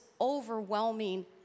overwhelming